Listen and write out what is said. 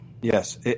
Yes